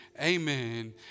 amen